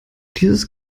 dieses